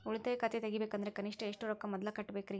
ಉಳಿತಾಯ ಖಾತೆ ತೆಗಿಬೇಕಂದ್ರ ಕನಿಷ್ಟ ಎಷ್ಟು ರೊಕ್ಕ ಮೊದಲ ಕಟ್ಟಬೇಕ್ರಿ?